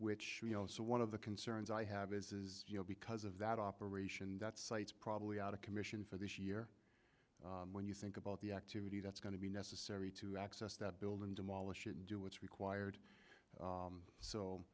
which you know so one of the concerns i have is is you know because of that operation that sites probably out of commission for this year when you think about the activity that's going to be necessary to access that building demolish it and do what's required